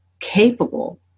capable